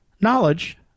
knowledge